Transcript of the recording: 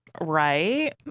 Right